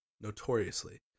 notoriously